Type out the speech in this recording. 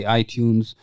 iTunes